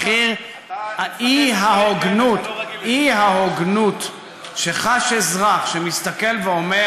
מחיר האי-הוגנות האי-הוגנות שחש אזרח שמסתכל ואומר: